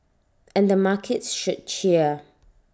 and the markets should cheer